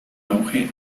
auge